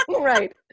Right